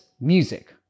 music